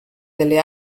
delle